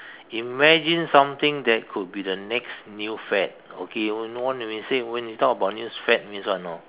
imagine something that could be the next new fad okay you know what they say when they talk about news fad means what you know